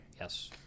Yes